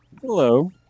Hello